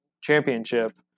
championship